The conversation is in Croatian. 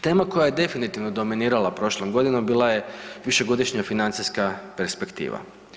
Tema koja je definitivno dominirala prošlom godinom bila je višegodišnja financijska perspektiva.